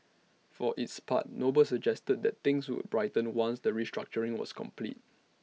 for its part noble suggested that things would brighten once the restructuring was complete